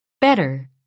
better